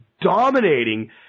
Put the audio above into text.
dominating